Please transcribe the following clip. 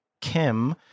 Kim